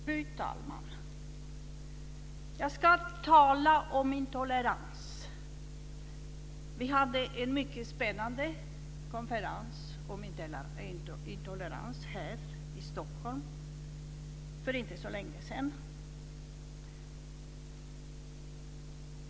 Fru talman! Jag ska tala om intolerans. Vi hade en mycket spännande konferens om intolerans här i Stockholm för inte så länge sedan.